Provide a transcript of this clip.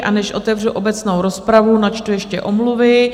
A než otevřu obecnou rozpravu, načtu ještě omluvy.